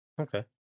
okay